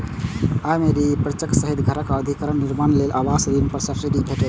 अय मे रीपरचेज सहित घरक अधिग्रहण, निर्माण लेल आवास ऋण पर सब्सिडी भेटै छै